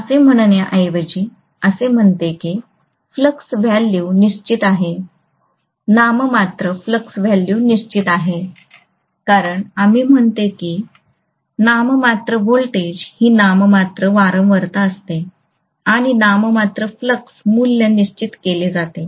मी असे म्हणण्याऐवजी असे म्हणतो की फ्लक्स व्हॅल्यू निश्चित आहे नाममात्र फ्लक्स व्हॅल्यू निश्चित आहे कारण आम्ही म्हणतो की नाममात्र व्होल्टेज ही नाममात्र वारंवारता असते आणि नाममात्र फ्लक्स मूल्य निश्चित केले जाते